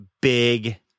big